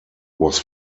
was